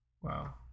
Wow